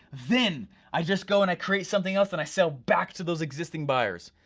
then i just go and i create something else and i sell back to those existing buyers.